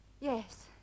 Yes